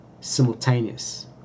simultaneous